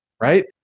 right